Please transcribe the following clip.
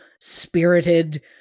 spirited